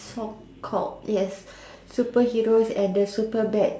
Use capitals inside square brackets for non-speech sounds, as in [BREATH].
for cult yes [BREATH] super heroes and the super bad